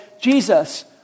Jesus